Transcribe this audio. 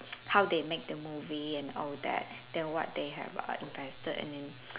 how they make the movie and all that then what they have invested and then